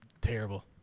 terrible